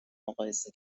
مقایسه